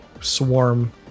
swarm